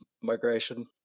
migration